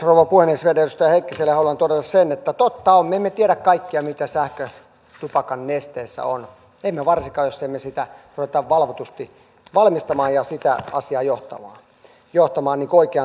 vielä edustaja heikkiselle haluan todeta sen että totta on me emme tiedä kaikkea mitä sähkötupakan nesteessä on emme varsinkaan jos emme sitä rupea valvotusti valmistamaan ja sitä asiaa johtamaan oikeaan suuntaan